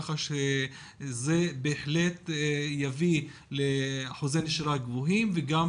כך שזה בהחלט יביא לאחוזי נשירה גבוהים וגם